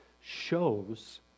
shows